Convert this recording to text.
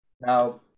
Now